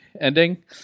ending